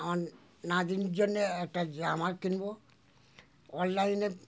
আমার নাতির জন্যে একটা জামা কিনবো অনলাইনে